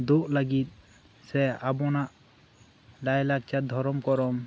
ᱰᱩᱜ ᱞᱟᱹᱜᱤᱫ ᱥᱮ ᱟᱵᱩᱱᱟᱜ ᱞᱟᱭ ᱞᱟᱠᱪᱟᱨ ᱫᱷᱚᱨᱚᱢ ᱠᱚᱨᱚᱢ